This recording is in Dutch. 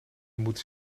moeten